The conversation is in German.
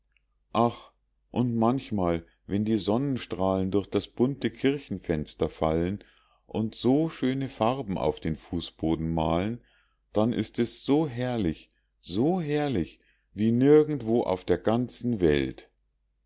ach und manchmal wenn die sonnenstrahlen durch das bunte kirchenfenster fallen und so schöne farben auf den fußboden malen dann ist es so herrlich so herrlich wie nirgendwo auf der ganzen welt